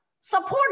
support